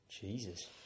Jesus